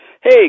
Hey